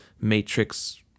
matrix